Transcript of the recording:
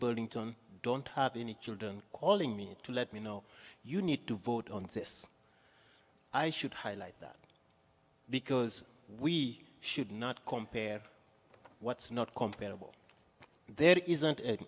burlington don't have any children calling me to let me know you need to vote on this i should highlight that because we should not compare what's not comparable there isn't an